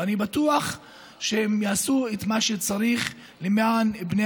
ואני בטוח שהם יעשו את מה שצריך למען בני